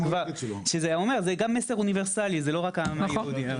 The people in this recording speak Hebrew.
זה גם מסר אוניברסאלי, זה לא רק העם היהודי.